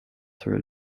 through